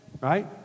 right